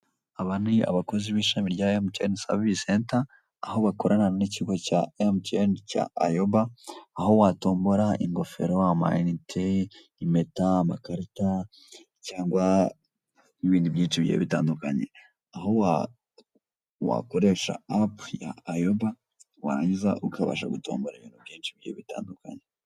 Aba ni abakozi b'ishami rya emutiyeni savise senta, aho bakorana n'ikigo cya emutiyeni cya Ayoba, aho watombora ingofero, amayinite, impeta, amakarita cyangwa n'ibindi bigiye bitandukanye. Aho wakoresha apu ya Ayoba, warangiza ukabasha gutombora ibintu byinshi bigiye bitandukanye.